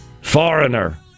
foreigner